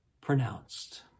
pronounced